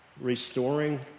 restoring